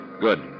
Good